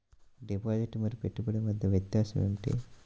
Deposit మరియు పెట్టుబడి మధ్య వ్యత్యాసం ఏమిటీ?